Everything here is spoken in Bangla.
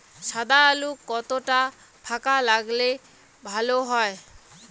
সাদা আলু কতটা ফাকা লাগলে ভালো হবে?